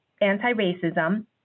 Anti-Racism